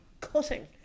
cutting